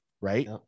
Right